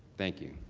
thank you.